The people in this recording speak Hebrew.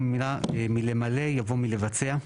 במקום המילה 'מלמלא' יבוא 'מלבצע'.